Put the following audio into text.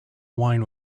wine